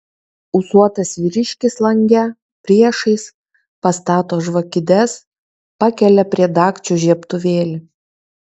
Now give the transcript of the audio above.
ūsuotas vyriškis lange priešais pastato žvakides pakelia prie dagčių žiebtuvėlį